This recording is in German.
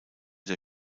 der